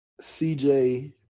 CJ